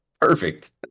Perfect